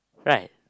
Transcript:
right